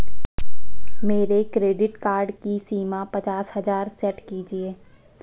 मेरे credit card की सीमा पचास हजार सेट कीजिए